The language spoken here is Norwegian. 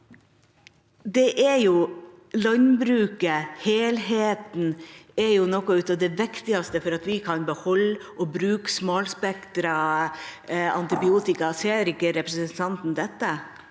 landbruket og helheten som er noe av det viktigste for at vi kan beholde og bruke smalspektrede antibiotika. Ser ikke representanten dette?